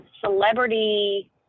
celebrity